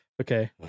okay